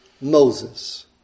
Moses